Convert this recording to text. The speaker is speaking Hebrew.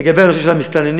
לגבי הנושא של המסתננים,